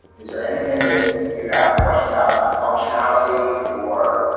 is there anything that you have question about about functionality or?